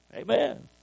Amen